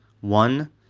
One